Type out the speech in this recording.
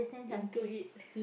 into it